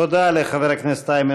תודה לחבר הכנסת איימן